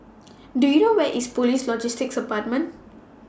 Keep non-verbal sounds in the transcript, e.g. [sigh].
[noise] Do YOU Where IS Police Logistics department